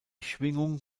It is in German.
schwingung